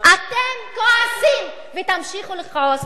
אתם כועסים ותמשיכו לכעוס,